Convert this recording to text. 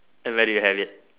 then let you have it